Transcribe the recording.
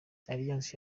alliance